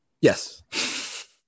yes